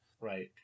right